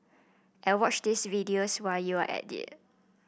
and watch this videos while you're at it